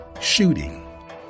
shooting